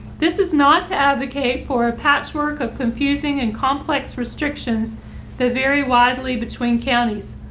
this is not to advocate for a patchwork of confusing and complex restrictions that vary widely between counties.